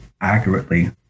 accurately